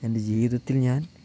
എൻ്റെ ജീവിതത്തിൽ ഞാൻ